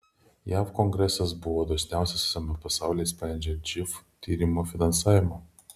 jav kongresas buvo dosniausias visame pasaulyje sprendžiant živ tyrimų finansavimą